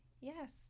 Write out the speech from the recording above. Yes